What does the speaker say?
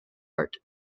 art